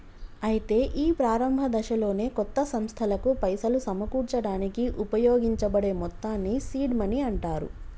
అయితే ఈ ప్రారంభ దశలోనే కొత్త సంస్థలకు పైసలు సమకూర్చడానికి ఉపయోగించబడే మొత్తాన్ని సీడ్ మనీ అంటారు